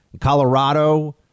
Colorado